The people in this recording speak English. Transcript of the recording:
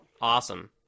awesome